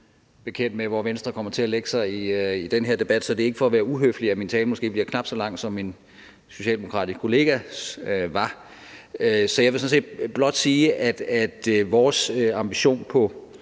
bekendt med, hvor Venstre kommer til at lægge sig i den her debat, så det er ikke for at være uhøflig, at min tale måske bliver knap så lang, som min socialdemokratiske kollegas var. Så jeg vil sådan set blot sige, at vores ambition på